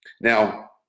Now